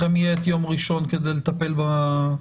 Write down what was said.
לכם יהיה את יום ראשון כדי לטפל בממשלה.